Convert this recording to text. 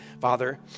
Father